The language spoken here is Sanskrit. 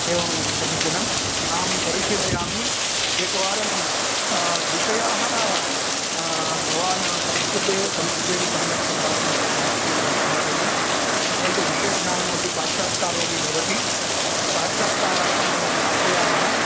एवमेवं समीचीनम् अहं परिशीलयामि एकवारम् विषयाः भवान् संस्कृते संस्कृतेपि सम्यक् सम्भाषणं कुर्वन्नस्ति तत् समीचीनं परन्तु विषयज्ञानमपि साक्षात्कारोपि भवति साक्षात्कारार्थं वयम् आह्वयामः